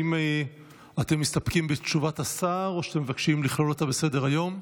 האם אתם מסתפקים בתשובת השר או שאתם מבקשים לכלול אותה בסדר-היום?